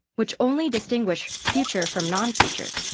which only distinguish future from non-future,